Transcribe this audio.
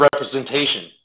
representation